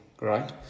right